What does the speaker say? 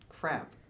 crap